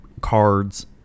cards